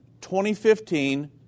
2015